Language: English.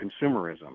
consumerism